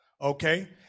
okay